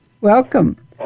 Welcome